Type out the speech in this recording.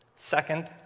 Second